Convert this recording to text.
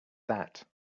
that